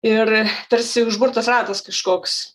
ir tarsi užburtas ratas kažkoks